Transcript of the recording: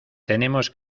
tenemos